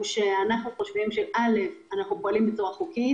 אנחנו חושבים שאנחנו פועלים בצורה חוקית,